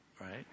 right